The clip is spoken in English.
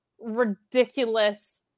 ridiculous